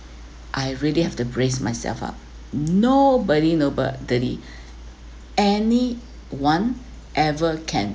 I really have to brace myself up nobody nobody any one ever can